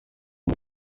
y’u